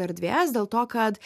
erdvės dėl to kad